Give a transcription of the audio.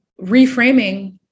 reframing